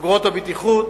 לחגורות הבטיחות,